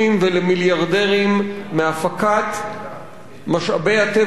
מהפקת משאבי הטבע ששייכים לכולנו,